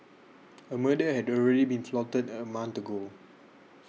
a murder had already been plotted a month ago